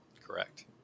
Correct